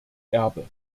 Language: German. erbe